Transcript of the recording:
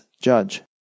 judge